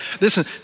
listen